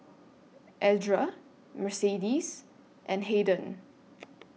Edra Mercedes and Haden